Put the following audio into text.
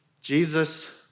Jesus